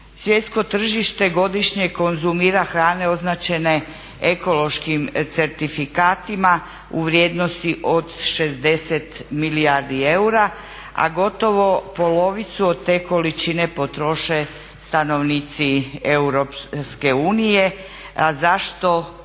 Svjetsko tržište godišnje konzumira hrane označene ekološkim certifikatima u vrijednosti od 60 milijardi eura a gotovo polovicu od te količine potroše stanovnici Europske